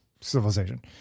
civilization